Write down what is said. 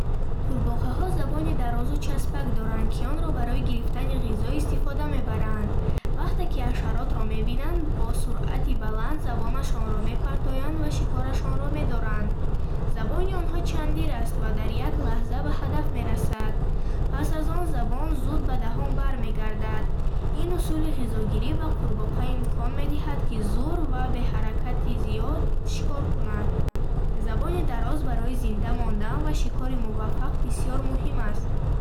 Қурбоққаҳо забони дарозу часпак доранд, ки онро барои гирифтани ғизо истифода мебаранд. Вақте ки ҳашаротро мебинанд, бо суръати баланд забонашонро мепартоянд ва шикорашонро медоранд. Забони онҳо чандир аст ва дар як лаҳза ба ҳадаф мерасад. Пас аз он, забон зуд ба даҳон бармегардад. Ин усули ғизогирӣ ба қурбоққа имкон медиҳад, ки зуд ва бе ҳаракати зиёд шикор кунад. Забони дароз барои зинда мондан ва шикори муваффақ бисёр муҳим аст.